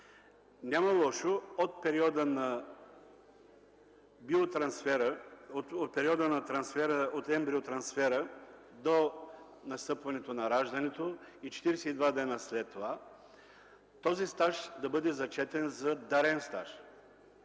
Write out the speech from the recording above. Няма лошо от периода на ембриотрансфера до настъпването на раждането и 42 дни след това този стаж да бъде зачетен за дарен стаж.